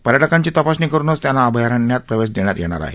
पर्यटकांची तपासणी करूनच त्यांना अभयारण्यात प्रवेश देण्यात येणार आहे